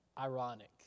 ironic